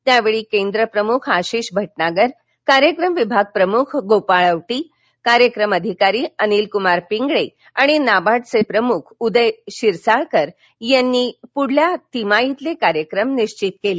त्यावेळी केंद्र प्रमुख आशिष भटनागर कार्यक्रम विभाग प्रमुख गोपाळ औटी कार्यक्रम अधिकारी अनिलक्रमार पिंगळे आणि नाबार्ड चे प्रमुख उदय शिरसाळकर यांनी पुढील तिमाहीतले कार्यक्रम निश्वित केले